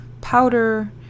powder